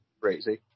crazy